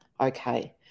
okay